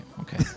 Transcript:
Okay